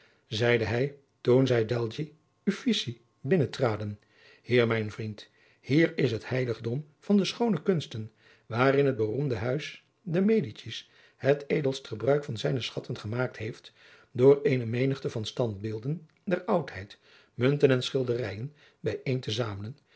zeide hij toen zij degli uffizzi binnen traden hier mijn vriend hier is het heiligdom van de schoone kunsten waarin het beroemde huis de medicis het edelst gebruik van zijne schatten gemaakt heeft door eene menigte van standbeelden der oudheid munten en schilderijen bij een te zamelen